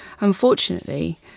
Unfortunately